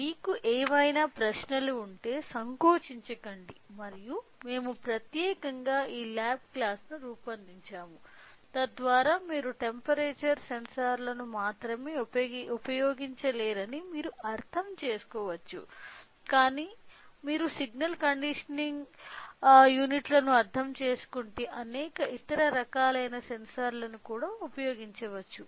మీకు ఏవైనా ప్రశ్నలు ఉంటే సంకోచించకండి మరియు మేము ప్రత్యేకంగా ఈ ల్యాబ్ క్లాస్ను రూపొందించాము తద్వారా మీరు టెంపరేచర్ సెన్సార్లను మాత్రమే ఉపయోగించలేరని మీరు అర్థం చేసుకోవచ్చు కానీ మీరు సిగ్నల్ కండిషనింగ్ యూనిట్లను అర్థం చేసుకుంటే అనేక ఇతర రకాల సెన్సార్లను కూడా ఉపయోగించవచ్చు